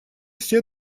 все